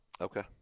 Okay